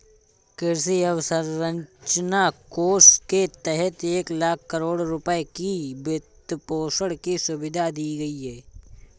कृषि अवसंरचना कोष के तहत एक लाख करोड़ रुपए की वित्तपोषण की सुविधा दी गई है